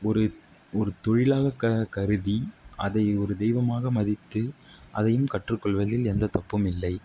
ஒரு ஒரு தொழிலாகக் க கருதி அதை ஒரு தெய்வமாக மதித்து அதையும் கற்றுக்கொள்வதில் எந்தத் தப்பும் இல்லை